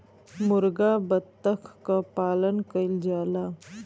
मुरगा बत्तख क पालन कइल जाला